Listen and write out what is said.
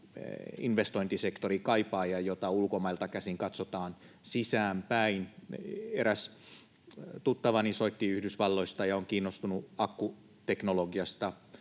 investointisektori kaipaa ja jota ulkomailta käsin katsotaan sisäänpäin. Eräs tuttavani soitti Yhdysvalloista ja on kiinnostunut akkuteknologiasta,